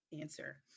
answer